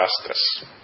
justice